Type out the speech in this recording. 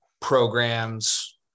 programs